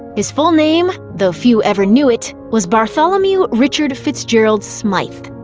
his full name, though few ever knew it, was bartholomew richard fitzgerald-smythe.